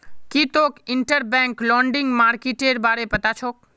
की तोक interbank lending मार्केटेर बारे पता छोक